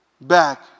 back